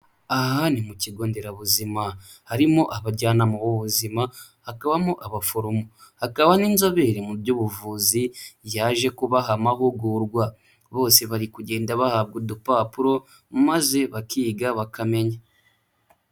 Aha ni mu kigo nderabuzima harimo abajyanama b'ubuzima, hakabamo abaforomo, hakaba n'inzobere mu by'ubuvuzi yaje kubaha amahugurwa, bose bari kugenda bahabwa udupapuro maze bakiga bakamenya.